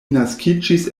naskiĝis